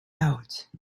out